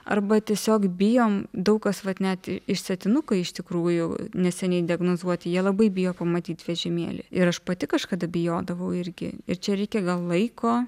arba tiesiog bijom daug kas vat net išsėtinukai iš tikrųjų neseniai diagnozuoti jie labai bijo pamatyt vežimėlį ir aš pati kažkada bijodavau irgi ir čia reikia gal laiko